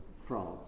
France